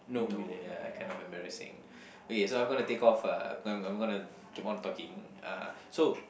no ya kind of embarrassing okay so I'm gonna take off uh I'm I'm gonna to keep on talking uh so